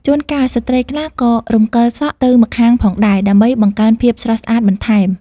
ជួនកាលស្ត្រីខ្លះក៏រំកិលសក់ទៅម្ខាងផងដែរ ដើម្បីបង្កើនភាពស្រស់ស្អាតបន្ថែម។